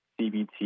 CBT